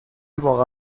واقعا